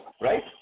right